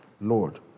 Lord